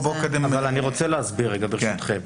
אני רוצה להסביר, ברשותכם.